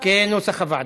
כנוסח הוועדה.